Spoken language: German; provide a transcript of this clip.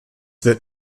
wird